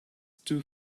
too